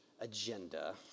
agenda